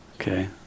okay